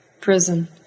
prison